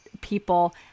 people